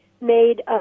made